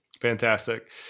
Fantastic